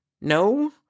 no